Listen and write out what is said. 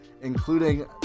including